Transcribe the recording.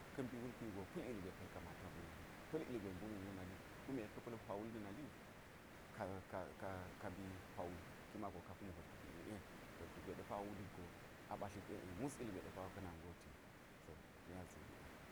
Ka̱ mbi wulpi wugo pa̱l ilgwe pa̱ kamata wu. Pa̱l ilgwe mbun wu na̱ nali. Kume ka̱ pa̱l hwa wul na̱ nali wu, ka- ka- ka- ka- mbi hwa. Ki mago ka mbi hwa wul, ka kum hwol tuk ie. Hwol tuk ɗe pa wulik go a ɓatlik mus ilgwe ɗe ka̱ na̱mi ngoti wu. To ta̱ nya ziini an.